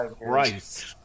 right